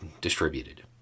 distributed